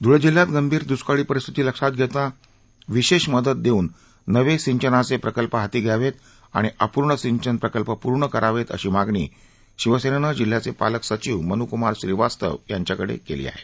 ध्ळे जिल्ह्यात गंभीर दृष्काळी परिस्थिती लक्षात घेता विशेष मदत देऊन नवे सिंचनाचे प्रकल्प हाती घ्यावेत आणि अपूर्ण सिंचन प्रकल्प पूर्ण करावेत अशी मागणी शिवसेनेनं जिल्ह्याचे पालक सचिव मनुकमार श्रीवास्तव यांच्याकडे केली आहे